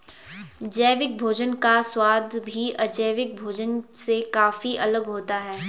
जैविक भोजन का स्वाद भी अजैविक भोजन से काफी अलग होता है